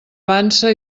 vansa